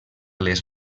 les